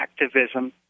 activism